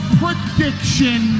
prediction